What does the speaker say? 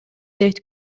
дейт